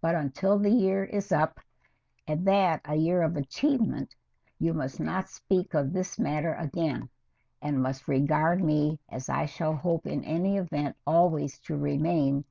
but until the year is up at that a year of achievement you must not speak of this matter again and must regard me as i shall hope in any event always to remain